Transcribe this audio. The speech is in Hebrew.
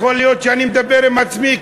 יכול להיות שאני מדבר עם עצמי,